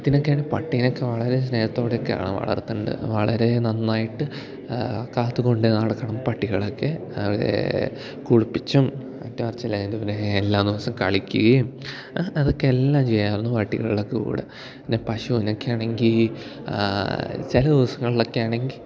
ഇതിനൊക്കെയാണ് പട്ടിനൊക്കെ വളരെ സ്നേഹത്തോടൊക്കെയാണ് വളർത്തേണ്ടത് വളരെ നന്നായിട്ട് കാത്തുകൊണ്ട് നടക്കണം പട്ടികളൊക്കെ അവയെ കുളിപ്പിച്ചും മറ്റും പിന്നെ എല്ലാ ദിവസം കളിക്കുകയും അതൊക്കെ എല്ലാം ചെയ്യുമാരുന്നു പട്ടികളൊക്കെ കൂടെ പിന്നെ പശുവിനൊക്കെ ആണെങ്കിൽ ചില ദിവസങ്ങളിലൊക്കെ ആണെങ്കിൽ